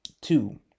Two